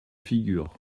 figure